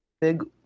Big